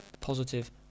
positive